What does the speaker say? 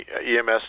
EMS